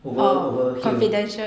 over over here